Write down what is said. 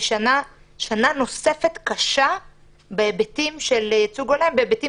היא שנה נוספת קשה בהיבטים של ייצוג הולם בהיבטים